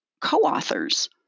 co-authors